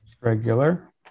Regular